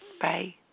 Bye